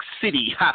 City